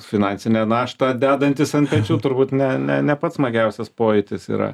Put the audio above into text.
finansinę naštą dedantis ant pečių turbūt ne ne ne pats smagiausias pojūtis yra